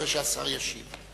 אחרי שהשר ישיב.